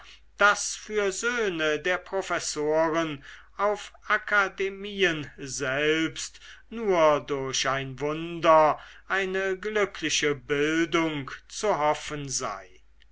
daß für söhne der professoren auf akademien selbst nur durch ein wunder eine glückliche bildung zu hoffen sei